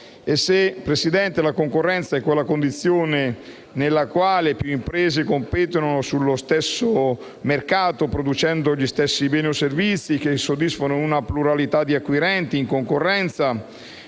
Presidente, se la concorrenza è quella condizione nella quale più imprese competono nello stesso mercato, producendo gli stessi beni o servizi, per soddisfare una pluralità di acquirenti in concorrenza